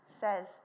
says